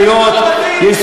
לערבים מותר,